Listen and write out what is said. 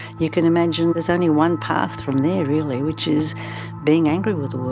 you can imagine there's only one path from there really which is being angry with